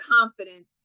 confidence